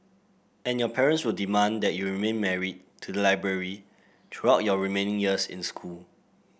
and your parents will demand that you remain married to the library throughout your remaining years in school